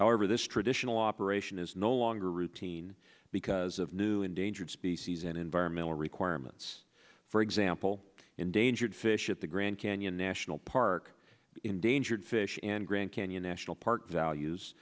however this traditional operation is no longer routine because of new endangered species and environmental requirements for example endangered fish at the grand canyon national park endangered fish and grand canyon national park values